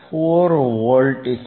4 volt છે